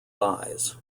eyes